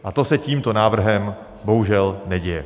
A to se tím to návrhem bohužel neděje.